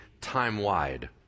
time-wide